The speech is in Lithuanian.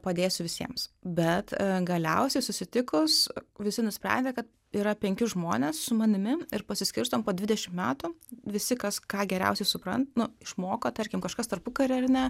padėsiu visiems bet galiausiai susitikus visi nusprendė kad yra penki žmonės su manimi ir pasiskirstom po dvidešim metų visi kas ką geriausiai supran nu išmoko tarkim kažkas tarpukarį ar ne